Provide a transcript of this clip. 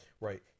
Right